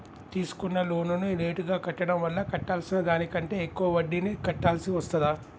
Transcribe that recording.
తీసుకున్న లోనును లేటుగా కట్టడం వల్ల కట్టాల్సిన దానికంటే ఎక్కువ వడ్డీని కట్టాల్సి వస్తదా?